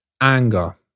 anger